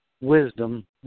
wisdom